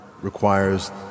requires